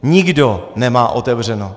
Nikdo nemá otevřeno!